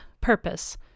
purpose